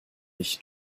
mich